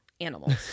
animals